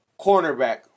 cornerback